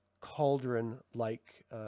cauldron-like